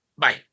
Bye